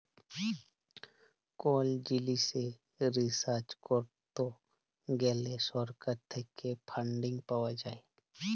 call জিলিসে research করত গ্যালে সরকার থেক্যে ফান্ডিং পাওয়া যায়